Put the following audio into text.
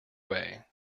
way